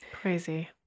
Crazy